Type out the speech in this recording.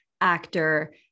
actor